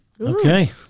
okay